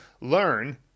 learn